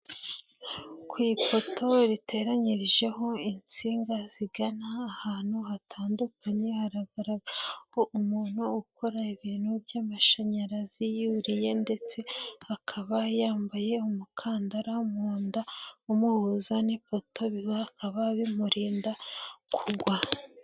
Ku ipoto riteranyirijeho insinga zigana ahantu hatandukanye hagaragaho umuntu ukora ibintu by'amashanyarazi, yuriye ndetse akaba yambaye umukandara mu nda umuhuza n'ipoto bikaba bimurinda kugwa.